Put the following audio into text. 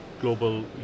global